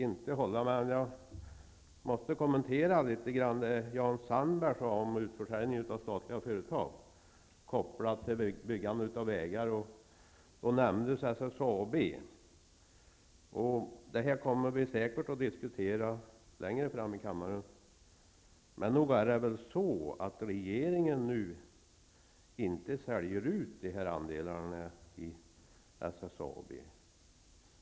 Jag måste något kommentera det som Jan Sandberg sade om utförsäljning av statliga företag, kopplat till byggande av vägar. I det sammanhanget nämndes SSAB. Detta kommer vi säkert att diskutera i kammaren längre fram. Men nog är det väl så, att regeringen inte nu säljer ut de här andelarna i SSAB.